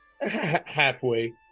Halfway